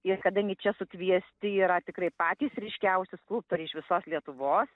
ir kadangi čia sukviesti yra tikrai patys ryškiausi skulptoriai iš visos lietuvos